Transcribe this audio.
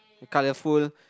colourful